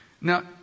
now